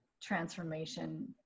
transformation